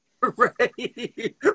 right